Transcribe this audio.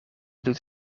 doet